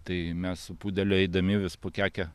tai mes su pudeliu eidami vis po kekę